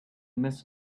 miss